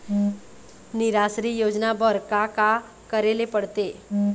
निराश्री योजना बर का का करे ले पड़ते?